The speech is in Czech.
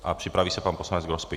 A připraví se pan poslanec Grospič.